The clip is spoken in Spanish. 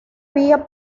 vía